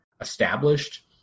established